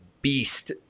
beast